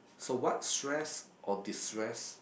so what stress or distress